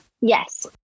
yes